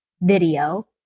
video